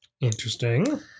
Interesting